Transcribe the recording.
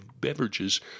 beverages